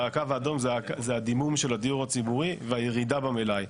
והקו האדום זה הדימום של הדיור הציבורי והירידה במלאי.